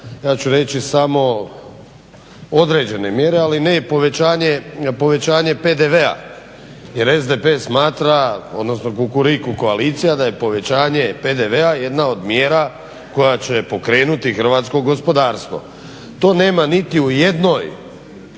ja ću reći samo određene mjere ali ne i povećanje, povećanje PDV-a, jer SDP smatra, odnosno Kukuriku koalicija da je povećanje PDV-a jedna od mjera koja će pokrenuti hrvatsko gospodarstvo. To nema niti u jednoj,